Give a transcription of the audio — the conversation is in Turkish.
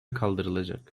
kaldırılacak